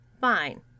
Fine